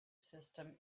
system